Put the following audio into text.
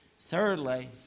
Thirdly